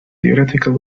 theoretical